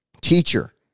teacher